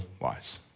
wise